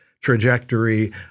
trajectory